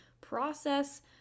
process